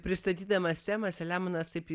pristatydamas temą saliamonas taip